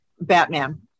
Batman